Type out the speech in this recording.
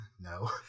no